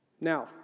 Now